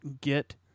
get